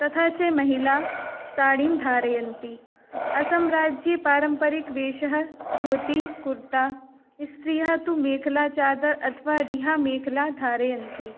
तथा च महिला साडीं धारयन्ति असंराज्ये पारम्परिक वेषः धोती कुर्ता स्त्रियः तु मेखला चादर् अथवा रिहामेखला धारयन्ति